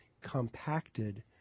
compacted